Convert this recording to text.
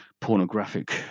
pornographic